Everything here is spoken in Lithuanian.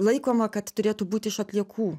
laikoma kad turėtų būti iš atliekų